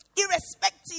Irrespective